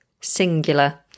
singular